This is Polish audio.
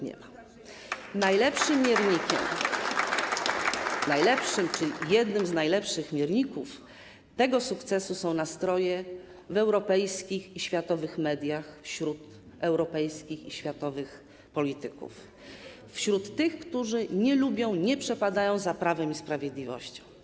Najlepszym miernikiem czy jednym z najlepszych mierników tego sukcesu są nastroje w europejskich i światowych mediach, wśród europejskich i światowych polityków, wśród tych, którzy nie lubią, nie przepadają za Prawem i Sprawiedliwością.